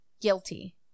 guilty